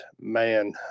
man